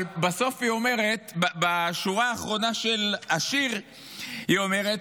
אבל בשורה האחרונה של השיר היא אומרת: